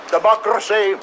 Democracy